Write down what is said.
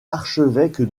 archevêque